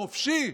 חופשי?